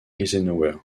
eisenhower